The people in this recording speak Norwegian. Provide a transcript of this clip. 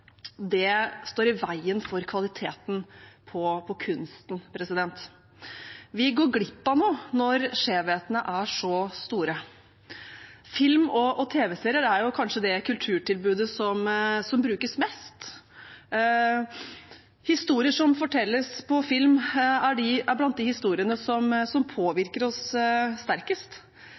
år, står i veien for kvaliteten på kunsten. Vi går glipp av noe når skjevhetene er så store. Film og tv-serier er kanskje det kulturtilbudet som brukes mest. Historier som fortelles på film, er blant de historiene som påvirker oss sterkest.